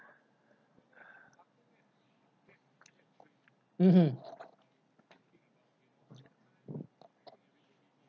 mmhmm